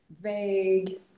vague